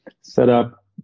Setup